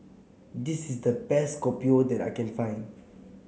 this is the best Kopi O that I can find